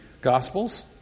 Gospels